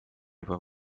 juba